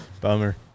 Bummer